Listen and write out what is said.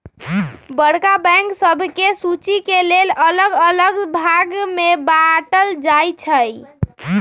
बड़का बैंक सभके सुचि के लेल अल्लग अल्लग भाग में बाटल जाइ छइ